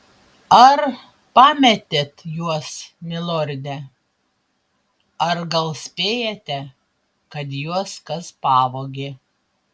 ar pametėt juos milorde ar gal spėjate kad juos kas pavogė